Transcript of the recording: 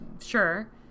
sure